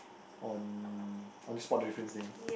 on on the spot the difference thing